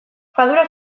fadura